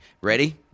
Ready